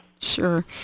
Sure